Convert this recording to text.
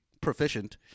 proficient